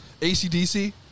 ACDC